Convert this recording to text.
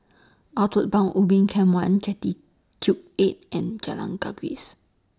Outward Bound Ubin Camp one Jetty Cube eight and Jalan Gajus